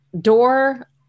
door